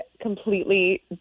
completely